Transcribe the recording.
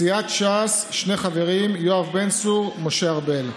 סיעת ש"ס, שני חברים: יואב בן צור ומשה ארבל,